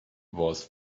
was